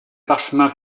parchemin